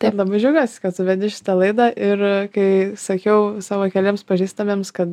kad labai džiaugiuosi kad tu vedi šitą laidą ir kai sakiau savo keliems pažįstamiems kad